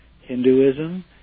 Hinduism